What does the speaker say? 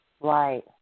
Right